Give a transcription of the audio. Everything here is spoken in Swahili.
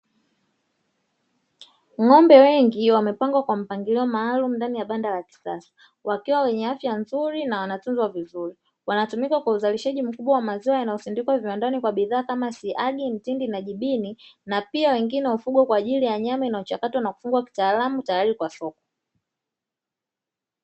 Ng'ombe wengi wamepangwa kwa mpangilio maalumu ndani ya banda la kisasa, wakiwa wenye afya nzuri na wanatuzwa vizuri. Wanatumika kwa uzalishaji mkubwa wa maziwa yanayosindikwa viwandani kwa bidhaa kama siagi, mtindi na jibini; na pia wengine hufugwa kwa ajili ya nyama, inayochakatwa na kufungwa kitaalamu tayari kwa soko.